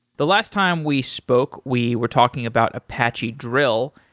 the last time we spoke, we were talking about apache drill,